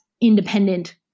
independent